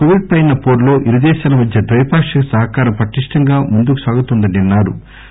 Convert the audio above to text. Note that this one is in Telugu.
కొవిడ్పై పోరులో ఇరు దేశాల మధ్య ద్వైపాక్షిక సహకారం పటిష్టంగా ముందుకు సాగుతోందన్పారు